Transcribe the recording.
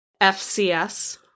FCS